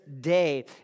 day